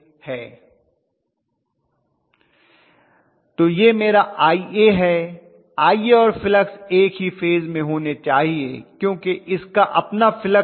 तो यह मेरा Ia है Ia और फ्लक्स एक ही फेज में होने चाहिए कियोंकि इसका अपना फ्लक्स है